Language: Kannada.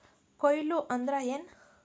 ಕೊಯ್ಲು ಅಂದ್ರ ಏನ್?